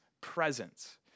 presence